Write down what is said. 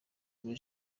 muri